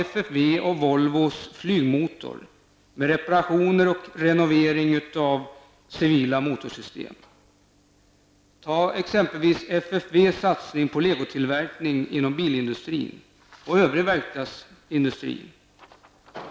FFV och Volvo Flygmotor ägnar sig också åt reparationer och renovering av civila motorsystem. FFV satsar också på legotillverkning inom bilindustrin och inom övrig verkstadsindustri.